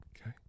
okay